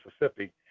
Mississippi